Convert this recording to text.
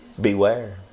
Beware